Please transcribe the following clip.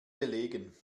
gelegen